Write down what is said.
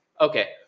okay